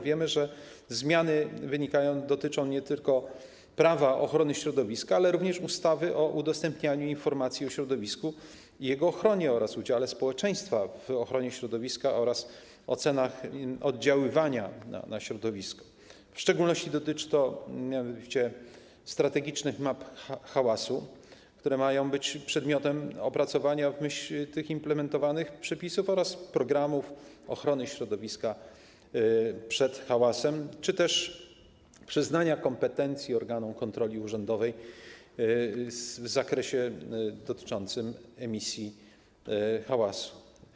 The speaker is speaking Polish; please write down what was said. Wiemy, że zmiany obejmują nie tylko Prawo ochrony środowiska, ale również ustawę o udostępnianiu informacji o środowisku i jego ochronie, udziale społeczeństwa w ochronie środowiska oraz o ocenach oddziaływania na środowisko, w szczególności w zakresie strategicznych map hałasu, które mają być przedmiotem opracowania w myśl implementowanych przepisów, oraz programów ochrony środowiska przed hałasem czy też przyznania kompetencji organom kontroli urzędowej w zakresie emisji hałasu.